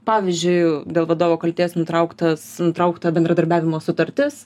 pavyzdžiui dėl vadovo kaltės nutrauktas nutraukta bendradarbiavimo sutartis